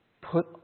Put